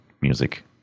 music